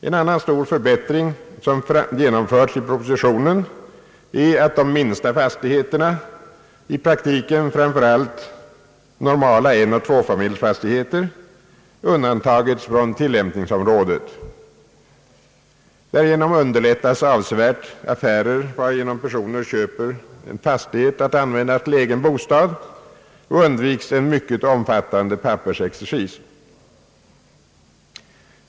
En annan stor förbättring, som genomförts i propositionen, är att de minsta fastigheterna, i praktiken framför allt normala enoch tvåfamiljsfastigheter, undantagits från tillämpningsområdet. Därigenom underlättas avsevärt affärer varigenom personer köper en fastighet att användas till egen bostad och undvikes en mycket omfattande pappersexercis.